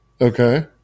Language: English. Okay